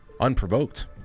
unprovoked